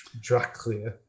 Dracula